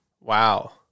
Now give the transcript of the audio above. Wow